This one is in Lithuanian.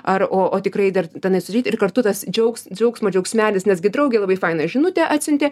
ar o o tikrai dar tenais užeiti ir kartu tas džiaugs džiaugsmo džiaugsmelis nes gi draugė labai fainą žinutę atsiuntė